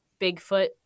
Bigfoot